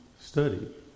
Study